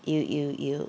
有有有